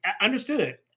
understood